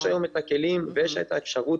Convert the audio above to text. יש היום את הכלים ואת האפשרות